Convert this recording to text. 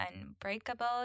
Unbreakable